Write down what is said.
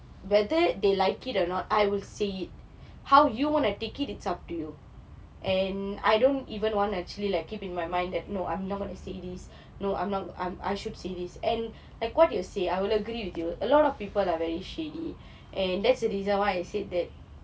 whether they like it or not I will say it how you wanna take it it's up to you and I don't even wanna actually keep in my mind that no I'm not gonna say this no I'm not I'm I should say this and like what you say I will agree with you a lot of people are very shady and that's a reason why I said that